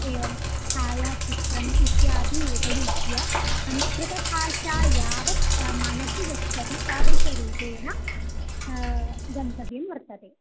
एवं छायाचित्रम् इत्यादि उपयुज्य संस्कृतभाषा यावत् मनसि गच्छति तादृशरूपेण गन्तव्यं वर्तते